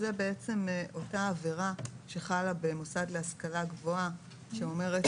זאת בעצם אותה עבירה שחלה במוסד להשכלה גבוהה שאומרת